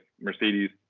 Mercedes